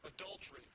adultery